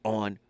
on